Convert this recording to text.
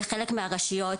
בחלק מהרשויות,